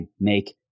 make